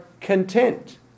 content